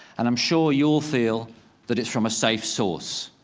and i'm sure you'll feel that it's from a safe source.